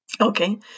Okay